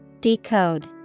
Decode